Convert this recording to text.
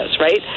right